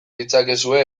ditzakezue